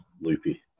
loopy